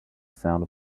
sound